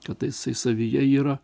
kada jisai savyje yra